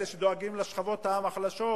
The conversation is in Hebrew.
אלה שדואגים לשכבות העם החלשות,